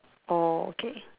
orh okay